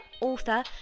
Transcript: author